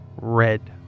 red